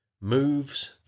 moves